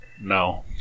No